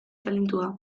talentua